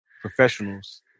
professionals